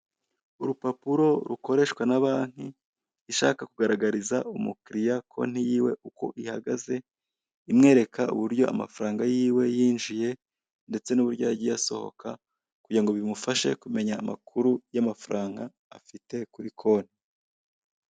Urupapuro rukoreshwa na banki ishaka kugaragariza umukiriya konti yiwe uko ihagaze imwereka imwereka uburyo amafaranga yiwe yinjiye ndetse n'uburyo yagiye asohoka kugira ngo bimufashe kumenya amakuru y'amafaranga afite kuri konti.